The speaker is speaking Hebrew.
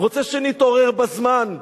רוצה שנתעורר בזמן.